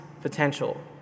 potential